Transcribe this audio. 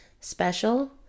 special